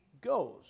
goes